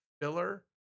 filler